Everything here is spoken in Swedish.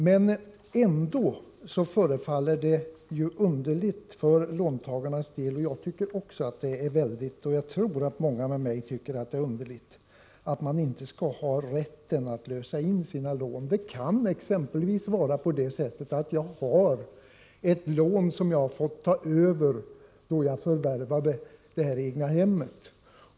Men det förefaller ändå låntagarna underligt — även jag och många med mig, tror jag, tycker att det är underligt — att man inte har rätt att lösa in sina lån. Det kan exempelvis vara på det sättet att jag har ett lån som jag fått ta över då jag förvärvade egnahemmet.